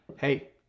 hey